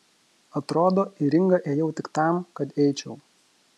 atrodo į ringą ėjau tik tam kad eičiau